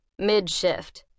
Midshift